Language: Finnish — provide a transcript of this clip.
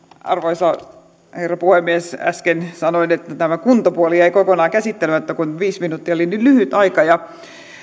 arvoisa herra puhemies äsken sanoin että tämä kuntapuoli jäi kokonaan käsittelemättä kun viisi minuuttia oli niin lyhyt aika